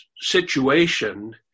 situation